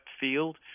field